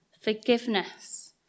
forgiveness